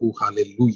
hallelujah